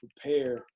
prepare